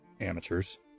amateurs